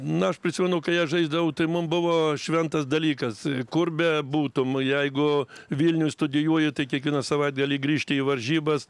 na aš prisimenu kai aš žaisdavau tai mum buvo šventas dalykas kur bebūtum jeigu vilniuj studijuoji tai kiekvieną savaitgalį grįžti į varžybas